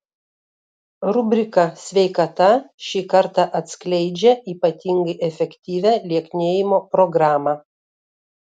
rubrika sveikata šį kartą atskleidžia ypatingai efektyvią lieknėjimo programą